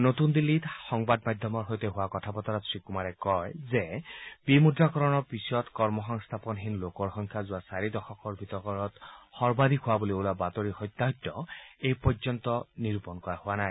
নতুন দিল্লীত সংবাদ মাধ্যমৰ সৈতে হোৱা কথা বতৰাত শ্ৰী কুমাৰে কয় যে বিমুদ্ৰাকৰণৰ পিছত কৰ্মসংস্থাপনহীন লোকৰ সংখ্যা যোৱা চাৰি দশকৰ ভিতৰত সৰ্বাধিক হোৱা বুলি ওলোৱা বাতৰিৰ সত্যাসত্য এই পৰ্যন্ত নিৰূপণ কৰা হোৱা নাই